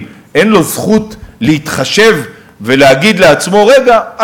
אין לו זכות להתחשב ולהגיד לעצמו: רגע,